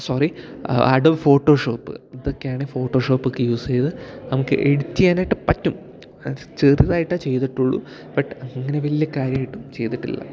sorry Adobe Photoshop ഇതൊക്കെയാണ് ഈ Photoshop ഒക്കെ യൂസ് ചെയ്ത് നമുക്ക് എഡിറ്റ് ചെയ്യാനായിട്ട് പറ്റും അത് ചെറുതായിട്ടേ ചെയ്തിട്ടുള്ളൂ ബട്ട് അങ്ങനെ വലിയ കാര്യായിട്ടൊന്നും ചെയ്തിട്ടില്ല